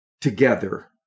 together